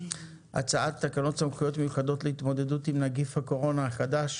הצעת תקנות סמכויות מיוחדות להתמודדות עם נגיף הקורונה החדש